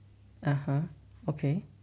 (uh huh) okay